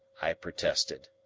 i protested.